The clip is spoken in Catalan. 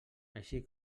així